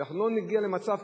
ואנחנו לא נגיע למצב,